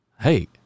Hey